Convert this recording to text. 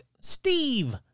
Steve